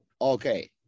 Okay